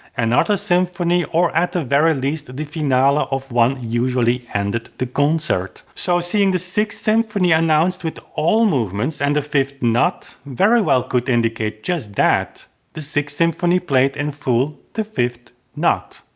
and ah symphony, or at the very least the finale of one usually ended the concert. so seeing the sixth symphony announced with all movements and the fifth not, very well could indicate just that the sixth symphony played in full, the fifth not.